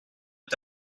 est